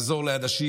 לעזור לאנשים.